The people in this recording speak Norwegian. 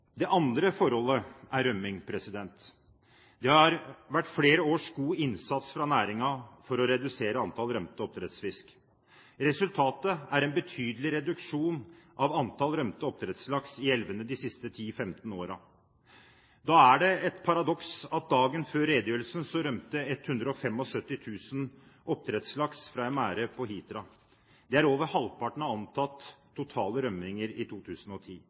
Det andre forholdet som er utfordrende, er rømming. Det har vært flere års god innsats fra næringen for å redusere antall rømte oppdrettsfisk. Resultatet er en betydelig reduksjon av antall rømte oppdrettslaks i elvene de siste 10–15 årene. Da er det et paradoks at dagen før redegjørelsen rømte 175 000 oppdrettslaks fra en merd på Hitra. Det er over halvparten av antatt totale rømminger i 2010.